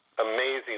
amazing